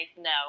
no